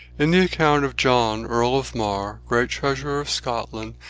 in the account of john, earl of mar, great treasurer of scotland,